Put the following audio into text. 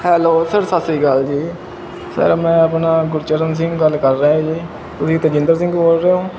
hello sir ਸਤਿ ਸ਼੍ਰੀ ਅਕਾਲ ਜੀ ਸਰ ਮੈਂ ਆਪਣਾ ਗੁਰਚਰਨ ਸਿੰਘ ਗੱਲ ਕਰ ਰਿਹਾ ਜੀ ਤੁਸੀਂ ਤਜਿੰਦਰ ਸਿੰਘ ਬੋਲ ਰਹੇ ਹੋ